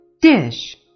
dish